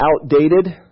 outdated